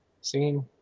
singing